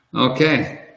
Okay